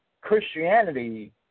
Christianity